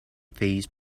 phase